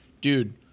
dude